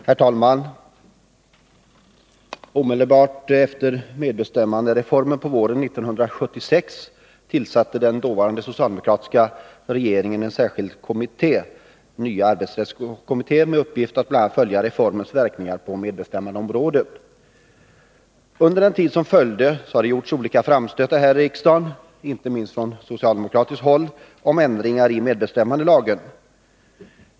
Herr talman! Omedelbart efter medbestämmandereformen på våren 1976 tillsatte den dåvarande socialdemokratiska regeringen en särskild kommitté, nya arbetsrättskommittén, med uppgift att bl.a. följa reformens verkningar på medbestämmandeområdet. Under den tid som följde gjordes olika framstötar här i riksdagen, inte minst från socialdemokratiskt håll, om ändringar i medbestämmandelagen.